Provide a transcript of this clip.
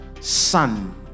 son